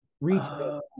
retail